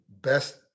best